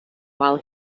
while